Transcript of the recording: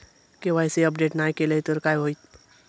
KYC update नाय केलय तर काय होईत?